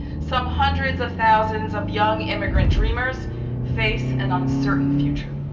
some hundreds of thousands of young immigrant dreamers face an uncertain future.